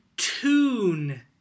Tune